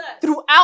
throughout